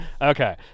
Okay